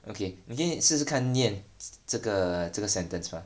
okay 你可以试试看念这个这个 sentence mah